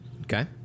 Okay